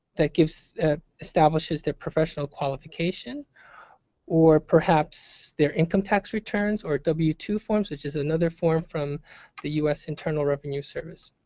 that ah establishes their professional qualification or perhaps their income tax returns, or w two forms which is another form from the u s. internal revenue service.